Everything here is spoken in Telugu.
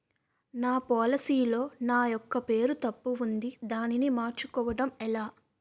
నా పోలసీ లో నా యెక్క పేరు తప్పు ఉంది దానిని మార్చు కోవటం ఎలా?